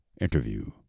Interview